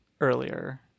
earlier